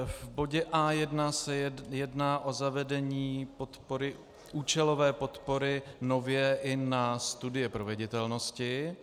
V bodě A1 se jedná o zavedení účelové podpory nově i na studie proveditelnosti.